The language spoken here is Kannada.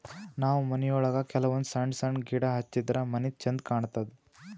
ನಾವ್ ಮನಿಯೊಳಗ ಕೆಲವಂದ್ ಸಣ್ಣ ಸಣ್ಣ ಗಿಡ ಹಚ್ಚಿದ್ರ ಮನಿ ಛಂದ್ ಕಾಣತದ್